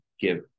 give